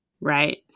Right